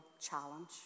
challenge